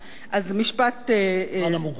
הזמן המוגבר נגמר.